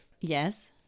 Yes